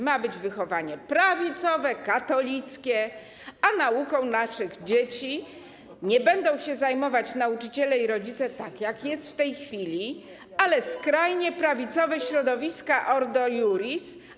Ma być wychowanie prawicowe, katolickie, a nauką naszych dzieci nie będą się zajmować nauczyciele i rodzice, jak jest w tej chwili, ale skrajnie prawicowe środowiska Ordo Iuris.